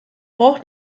braucht